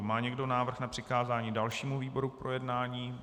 Má někdo návrh na přikázání dalšímu výboru k projednání?